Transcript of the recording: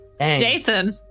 Jason